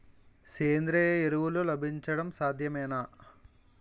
సేంద్రీయ ఎరువులు లభించడం సాధ్యమేనా?